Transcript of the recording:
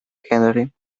canary